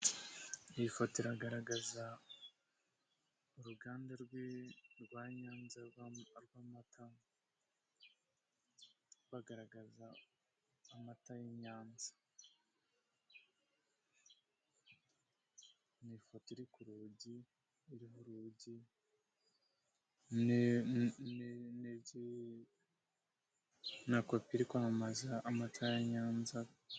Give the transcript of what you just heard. Iyi foto iragaragaza uruganda rwa Nyanza rwa amata bagaragaza amata y'inyanza, nifoto iri kurugi na copi iri kwamamaza amata ya Nyanza